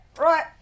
Right